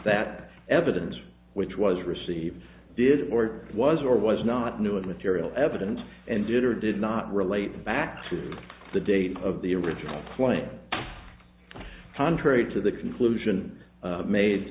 that evidence which was received did or was or was not new and material evidence and did or did not relate back to the date of the original play contrary to the conclusion made